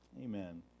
Amen